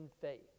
faith